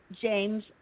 James